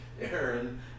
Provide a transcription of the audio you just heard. Aaron